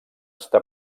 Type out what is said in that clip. està